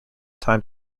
time